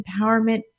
empowerment